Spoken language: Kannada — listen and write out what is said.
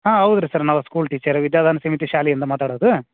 ಹಾಂ ಹೌದ್ ರೀ ಸರ್ ನಾವು ಸ್ಕೂಲ್ ಟೀಚರೇ ವಿದ್ಯಾ ದಾನ್ ಸಮಿತಿ ಶಾಲೆಯಿಂದ ಮಾತಾಡೋದು